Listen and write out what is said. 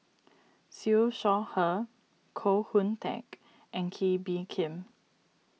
Siew Shaw Her Koh Hoon Teck and Kee Bee Khim